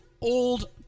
Old